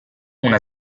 una